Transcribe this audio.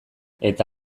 eta